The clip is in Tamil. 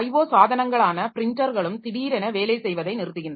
IO சாதனங்களான ப்ரின்டர்களும் திடீரென வேலை செய்வதை நிறுத்துகின்றன